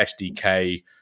SDK